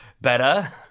better